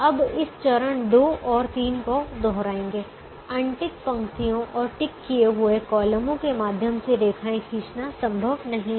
अब इस चरण 2 और 3 को दोहराएंगे अनटिक पंक्तियों और टिक किए हुए कॉलमों के माध्यम से रेखाएं खींचना संभव नहीं है